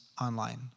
online